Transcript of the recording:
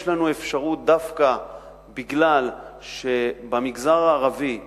יש לנו אפשרות, דווקא מכיוון שבמגזר הערבי,